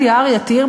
ליד יער יתיר,